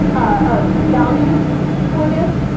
ah values for this.